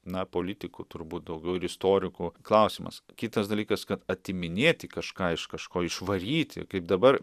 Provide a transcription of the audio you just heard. na politikų turbūt daugiau ir istorikų klausimas kitas dalykas kad atiminėti kažką iš kažko išvaryti kaip dabar